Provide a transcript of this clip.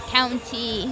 County